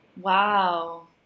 Wow